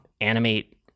animate